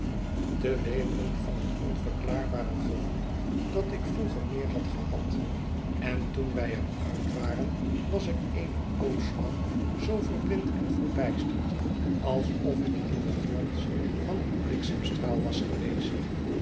wemelen van dat onverklaarbare gevoel dat ik vroeger meer had gehad en toen wij er uit waren was ik eene pooslang zoo verblind en verbysterd alsof ik in den glans van een bliksemstraal was geweest